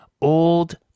old